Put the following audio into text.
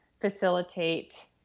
facilitate